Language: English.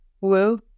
woo